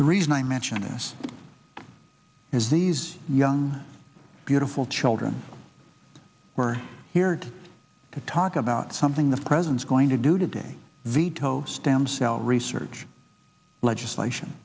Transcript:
the reason i mention this is these young beautiful children we're here to talk about something the president's going to do today veto stem cell research legislation